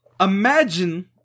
imagine